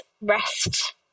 rest